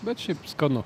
bet šiaip skanu